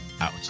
out